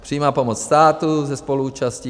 Přímá pomoc státu se spoluúčastí.